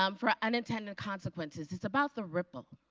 um for ah unintended consequences, it's about the ripple.